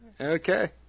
Okay